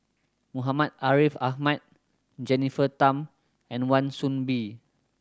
Muhammad Ariff Ahmad Jennifer Tham and Wan Soon Bee